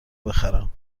بخرم